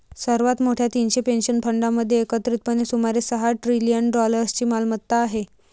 सर्वात मोठ्या तीनशे पेन्शन फंडांमध्ये एकत्रितपणे सुमारे सहा ट्रिलियन डॉलर्सची मालमत्ता आहे